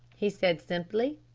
he said simply.